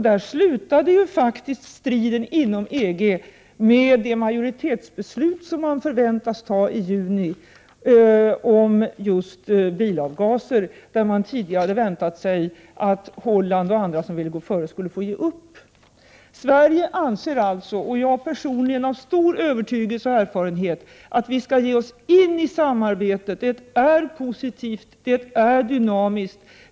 Där slutar faktiskt striden inom EG med det majoritetsbeslut som man förväntas fatta i juni om just bilavgaser. Tidigare väntade man sig att Holland och andra som ville gå — Prot. 1988/89:118 före skulle få ge upp. 22 maj 1989 Sverige och jag personligen, av stor övertygelse och med den erfarenhet jag har, anser alltså att vi skall ge oss in i samarbetet. Det är positivt, det är FA SS OCK 2 dynamiskt.